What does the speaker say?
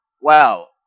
wow